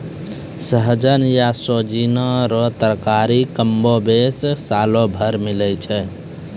सहजन या सोजीना रो तरकारी कमोबेश सालो भर मिलै छै